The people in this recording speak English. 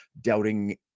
doubting